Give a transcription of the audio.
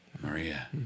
Maria